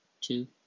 two